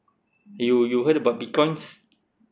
you you heard about Bitcoins